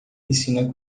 piscina